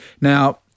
Now